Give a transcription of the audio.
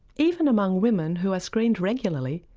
even among women who are screened regularly,